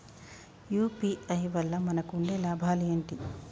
UPI వల్ల మనకు ఉండే లాభాలు ఏంటి?